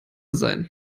sein